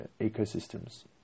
ecosystems